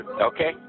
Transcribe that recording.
Okay